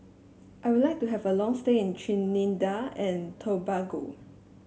I would like to have a long stay in Trinidad and Tobago